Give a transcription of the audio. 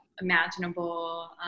imaginable